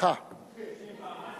העניינים נאומים בני דקה 4 רוברט טיבייב